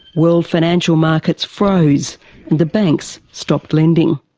world financial markets froze, and the banks stopped lending.